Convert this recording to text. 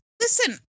listen